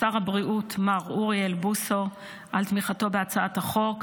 לשר הבריאות מר אוריאל בוסו על תמיכתו בהצעת החוק,